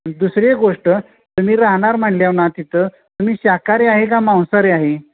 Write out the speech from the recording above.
दुसरी गोष्ट तुम्ही राहणार म्हणल्याव ना हो तिथं तुम्ही शाकाहारी आहे का मांसाहारी आहे